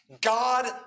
God